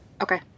Okay